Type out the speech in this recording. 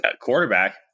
quarterback